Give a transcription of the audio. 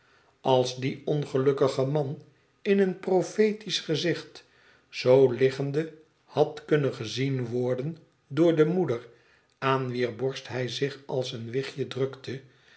als die ongelukkige man in een profetisch gezicht zoo liggende had kunnen gezien worden door de moeder aan wier borst hij zich als een wichtje drukte